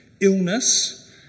illness